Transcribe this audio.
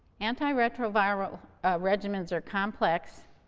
antiretroviral regimens are complex,